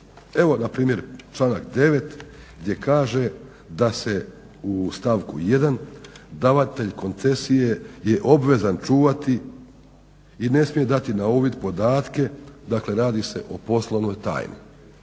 Evo npr. članak 9. gdje kaže da se u stavku 1. davatelj koncesije je obvezan čuvati i ne smije dati na uvid podatke, dakle radi se o poslovnoj tajni.